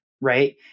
right